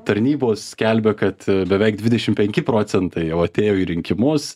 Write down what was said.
tarnybos skelbia kad beveik dvidešimt penki procentai jau atėjo į rinkimus